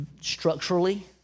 structurally